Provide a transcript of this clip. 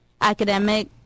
academic